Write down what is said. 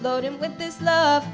loaded with this love